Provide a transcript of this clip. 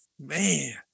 man